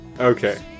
Okay